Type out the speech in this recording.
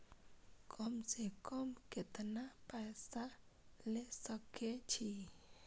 कम से कम केतना पैसा ले सके छी?